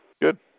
Good